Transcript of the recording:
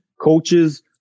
coaches